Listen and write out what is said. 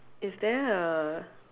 is there A